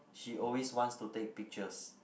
she always wants to take pictures